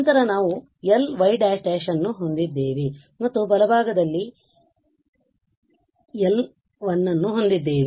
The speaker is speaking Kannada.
ನಂತರ ನಾವುLy′′ಅನ್ನು ಹೊಂದಿದ್ದೇವೆ ಮತ್ತು ಬಲಭಾಗದಲ್ಲಿ L1 ಅನ್ನು ಹೊಂದಿದ್ದೇವೆ